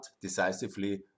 decisively